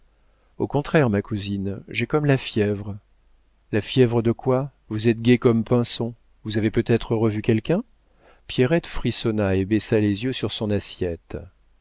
au contraire ma cousine j'ai comme la fièvre la fièvre de quoi vous êtes gaie comme pinson vous avez peut-être revu quelqu'un pierrette frissonna et baissa les yeux sur son assiette